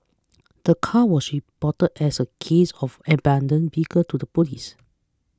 the car was reported as a case of abandoned vehicle to the police